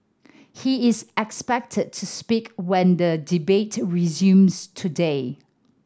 he is expected to speak when the debate resumes today